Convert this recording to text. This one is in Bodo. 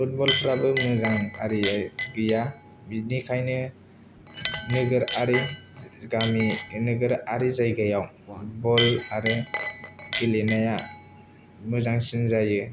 फुटबलफ्राबो मोजां आरिया गैया बिनिखायोनो नोगोरारि गामि नोगोरारि जायगायाव बल आरो गेलेनाया मोजांसिन जायो